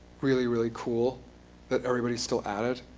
really, really cool that everybody's still at it.